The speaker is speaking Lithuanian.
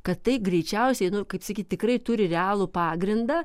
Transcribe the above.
kad tai greičiausiai nu kaip sakyt tikrai turi realų pagrindą